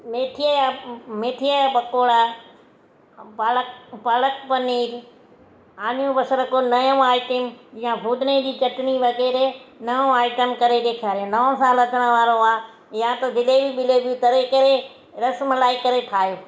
मेथी या मेथी जा पकोड़ा पालक पालक पनीर आनी बसरु कुझु नओं आहे हिते या पुदिने जी चटिणी वग़ैरह नओं आइटम करे ॾेखारि नओं सालु अचणु वारो आहे या त जलेबियूं तरे करे रस मलाई ठाहे